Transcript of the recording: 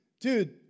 dude